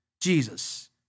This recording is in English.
Jesus